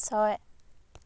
ছয়